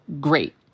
great